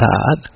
God